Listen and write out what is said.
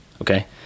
okay